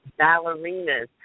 ballerinas